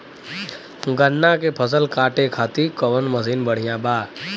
गन्ना के फसल कांटे खाती कवन मसीन बढ़ियां बा?